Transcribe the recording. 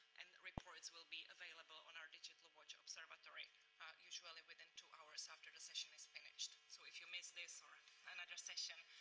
and reports will be available on our digital watch observatory usually within two hours after the session is finished. so if you miss this or another session,